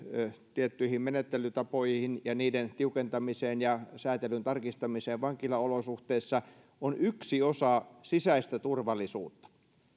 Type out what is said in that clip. tiettyihin menettelytapoihin ja niiden tiukentamiseen ja säätelyn tarkistamiseen vankilaolosuhteissa on yksi osa sisäistä turvallisuutta